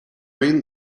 win